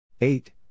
Eight